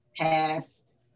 past